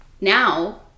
Now